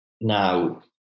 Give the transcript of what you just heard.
Now